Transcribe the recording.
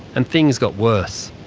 and things got worse.